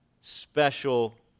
special